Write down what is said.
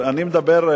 אני מדבר,